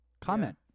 Comment